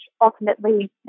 ultimately